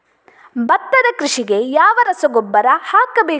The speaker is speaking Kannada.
ಭತ್ತದ ಕೃಷಿಗೆ ಯಾವ ರಸಗೊಬ್ಬರ ಹಾಕಬೇಕು?